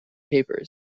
papers